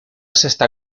sexta